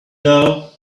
now